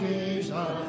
Jesus